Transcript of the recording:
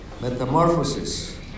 metamorphosis